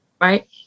right